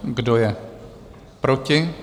Kdo je proti?